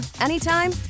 anytime